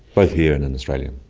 both here and in australia.